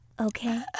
Okay